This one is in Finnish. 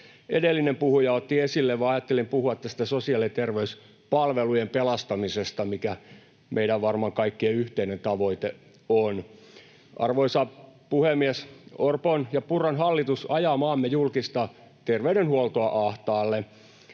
edellinen puhuja otti esille, vaan ajattelin puhua tästä sosiaali‑ ja terveyspalvelujen pelastamisesta, mikä varmaan on meidän kaikkien yhteinen tavoite. Arvoisa puhemies! Orpon ja Purran hallitus ajaa maamme julkista terveydenhuoltoa ahtaalle.